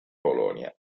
polonia